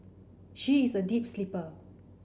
she is a deep sleeper